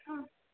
हँ